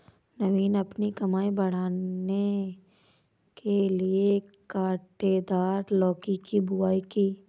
नवीन अपनी कमाई बढ़ाने के लिए कांटेदार लौकी की बुवाई की